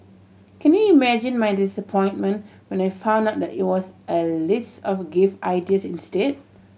can you imagine my disappointment when I found out that it was a list of gift ideas instead